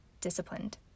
disciplined